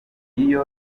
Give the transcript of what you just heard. iyo